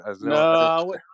No